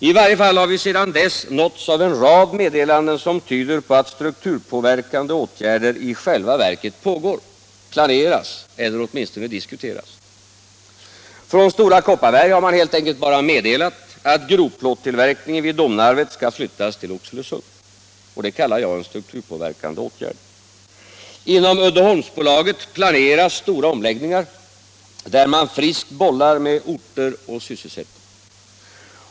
I varje fall har vi sedan dess nåtts av en rad meddelanden, som tyder på att strukturpåverkande åtgärder i själva verket pågår, planeras eller åtminstone diskuteras. Från Stora Kopparberg har meddelats att grovplåttillverkningen vid Domnarfvet skall flyttas till Oxelösund. Det kallar jag en strukturpåverkande åtgärd. Inom Uddeholmsbolaget planeras eller diskuteras stora omläggningar, där man friskt bollar med orter och sysselsättning.